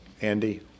Andy